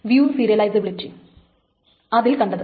view സീരിയലിസബിലിറ്റിയിൽ കണ്ടത്